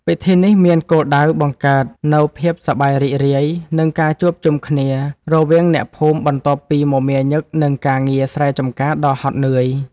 ពិធីនេះមានគោលដៅបង្កើតនូវភាពសប្បាយរីករាយ និងការជួបជុំគ្នារវាងអ្នកភូមិបន្ទាប់ពីមមាញឹកនឹងការងារស្រែចម្ការដ៏ហត់នឿយ។